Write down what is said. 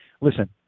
Listen